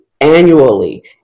annually